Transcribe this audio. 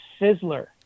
Sizzler